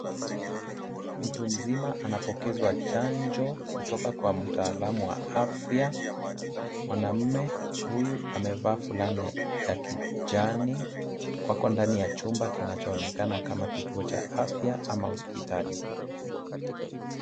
Mtu mzima anapokezwa chanjo kutoka kwa mtaalamu wa afya. Mwanaume huyu amevaa fulana ya kijani . Wako ndani ya chumba kinachoonekana kama kituo cha afya ama hospitali.